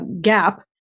gap